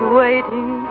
waiting